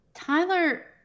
Tyler